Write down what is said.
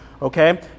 Okay